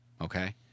okay